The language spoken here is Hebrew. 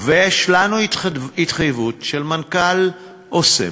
יש לנו התחייבות של מנכ"ל "אסם":